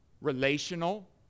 relational